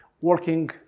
working